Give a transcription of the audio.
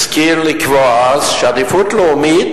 השכיל לקבוע שעדיפות לאומית,